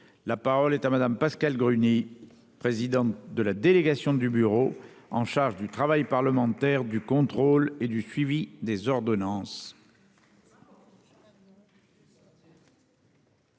La parole est à madame Pascale Gruny. Président de la délégation du bureau en charge du travail parlementaire, du contrôle et du suivi des ordonnances.